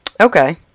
Okay